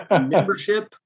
membership